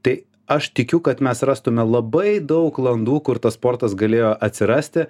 tai aš tikiu kad mes rastume labai daug landų kur tas sportas galėjo atsirasti